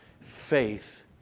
faith